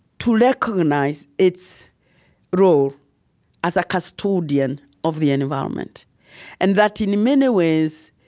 to recognize its role as a custodian of the environment and that, in many ways,